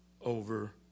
over